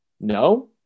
No